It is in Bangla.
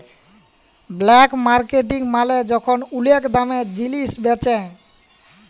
ব্ল্যাক মার্কেটিং মালে যখল ওলেক দামে জিলিস বেঁচে